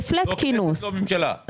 זה פלט בלי אישור של אף אחד.